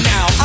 Now